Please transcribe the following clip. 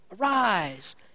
Arise